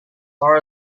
far